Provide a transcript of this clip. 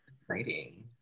Exciting